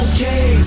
Okay